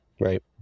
Right